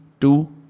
two